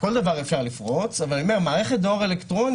כל דבר אפשר לפרוץ אבל אני אומר שמערכת דואר אלקטרוני,